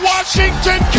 Washington